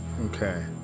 Okay